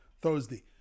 Thursday